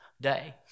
day